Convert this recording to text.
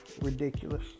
ridiculous